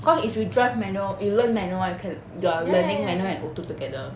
cause if you drive manual you learnt manual [one] you can you are learning manual and auto together